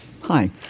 Hi